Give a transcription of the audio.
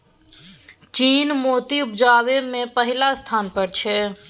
चीन मोती उपजाबै मे पहिल स्थान पर छै